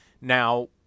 Now